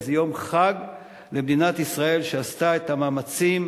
וזה יום חג למדינת ישראל שעשתה את המאמצים,